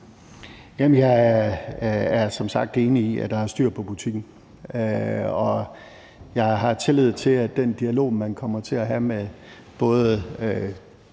Jeg er som sagt enig i, at der er styr på butikken, og jeg har tillid til, at den dialog, man kommer til at have med både